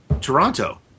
Toronto